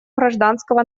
гражданского